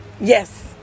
yes